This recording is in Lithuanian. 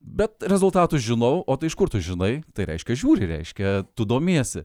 bet rezultatus žinau o tai iš kur tu žinai tai reiškia žiūri reiškia tu domiesi